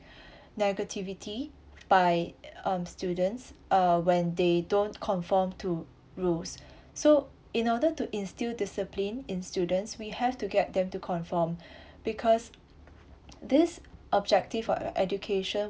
negativity by um students uh when they don't conform to rules so in order to instill discipline in students we have to get them to conform because this objective for education